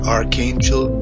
Archangel